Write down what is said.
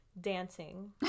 dancing